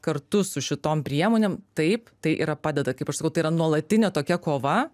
kartu su šitom priemonėm taip tai yra padeda kaip aš sakau tai yra nuolatinė tokia kova